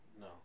No